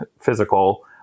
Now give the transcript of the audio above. physical